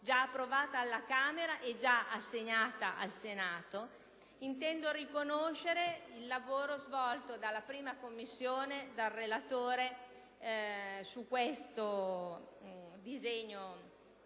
già approvata alla Camera ed assegnata al Senato), intendo riconoscere il lavoro svolto dalla 1ª Commissione e dal relatore sul decreto-legge